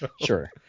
Sure